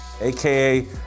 AKA